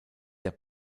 der